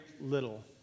little